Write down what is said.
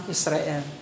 Israel